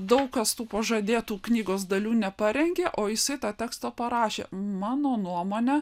daug kas tų pažadėtų knygos dalių neparengė o jisai tą tekstą parašė mano nuomone